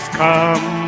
come